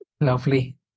Lovely